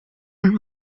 und